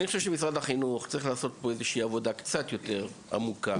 אני חושב שמשרד החינוך צריך לעשות פה איזושהי עבודה קצת יותר עמוקה,